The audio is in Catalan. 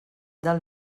del